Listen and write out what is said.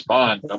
Bond